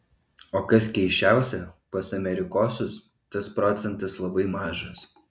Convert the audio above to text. o kas keisčiausia pas amerikosus tas procentas labai mažas